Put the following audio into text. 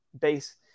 base